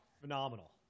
phenomenal